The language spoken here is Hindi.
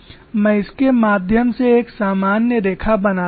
मैं इसके माध्यम से एक सामान्य रेखा बनाता हूं